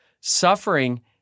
Suffering